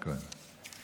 תודה רבה, חבר הכנסת כהן.